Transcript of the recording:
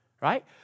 right